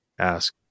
ask